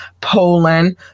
Poland